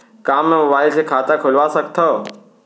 का मैं मोबाइल से खाता खोलवा सकथव?